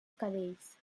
cadells